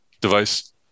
device